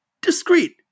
discreet